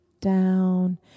down